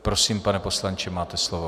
Prosím, pane poslanče, máte slovo.